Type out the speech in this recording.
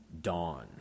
dawn